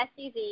SUV